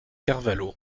carvalho